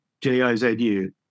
J-I-Z-U